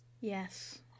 Yes